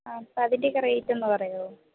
ആ അപ്പം അതിൻ്റെയൊക്കെ റേറ്റൊന്ന് പറയാമോ